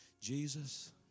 Jesus